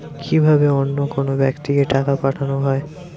কি ভাবে অন্য কোনো ব্যাক্তিকে টাকা পাঠানো হয়?